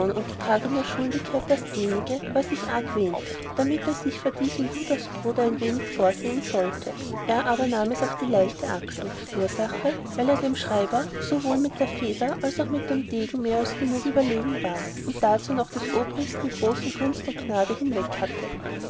und tragender schuldigkeit dasjenige was ich argwähnete damit er sich vor diesem judasbruder ein wenig vorsehen sollte er aber nahm es auf die leichte achsel ursache weil er dem schreiber sowohl mit der feder als mit dem degen mehr als genug überlegen war und darzu noch des obristen große gunst und gnade hinweghatte